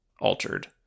altered